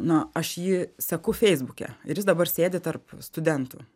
na aš jį seku feisbuke ir jis dabar sėdi tarp studentų